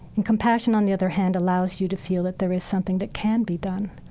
and compassion, on the other hand, allows you to feel that there is something that can be done.